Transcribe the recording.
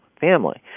family